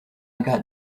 got